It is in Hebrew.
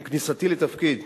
עם כניסתי לתפקיד,